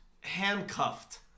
handcuffed